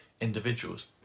individuals